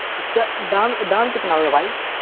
اس کا دام دام کتنا ہوگا بھائی